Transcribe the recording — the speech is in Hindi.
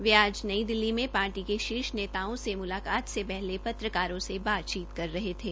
वे आज नई दिल्ली में पार्टी के शीर्ष नेताओं से मुलाकात से पहले पत्रकारों से बातचीत कर रहे थे